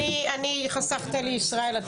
כן, חסכת לי, ישראל.